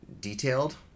detailed